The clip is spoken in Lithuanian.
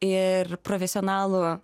ir profesionalų